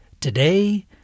Today